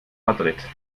madrid